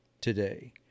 today